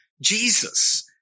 Jesus